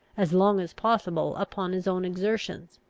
as long as possible, upon his own exertions.